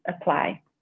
apply